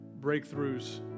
breakthroughs